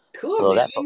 cool